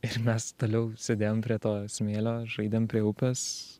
ir mes toliau sėdėjom prie to smėlio žaidėm prie upės